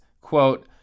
quote